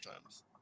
times